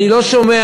אני לא שומע,